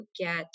get